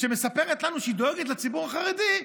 שמספרת לנו שהיא דואגת לציבור החרדי,